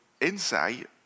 insight